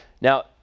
Now